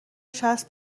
چسب